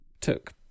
took